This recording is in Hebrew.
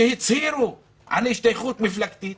שהצהירו על השתייכות מפלגתית